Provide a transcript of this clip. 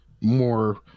more